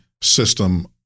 system